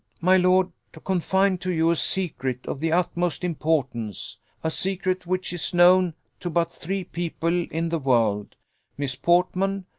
my lord, to confide to you a secret of the utmost importance a secret which is known to but three people in the world miss portman,